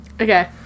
Okay